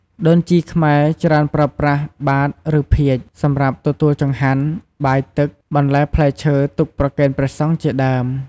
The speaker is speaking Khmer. ដូនជីខ្មែរច្រើនប្រើប្រាស់បាត្រឬភាជន៍សម្រាប់ទទួលចង្ហាន់ បាយទឹក បន្លែផ្លែឈើទុកប្រកេនព្រះសង្ឍជាដើម។